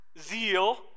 zeal